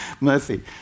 mercy